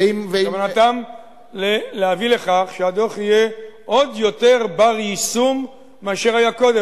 כוונתם להביא לכך שהדוח יהיה עוד יותר בר-יישום מאשר היה קודם.